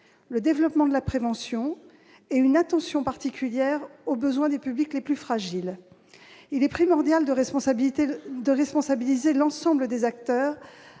le développement de la prévention et une attention particulière aux besoins des publics les plus fragiles. Il est primordial de responsabiliser l'ensemble des acteurs,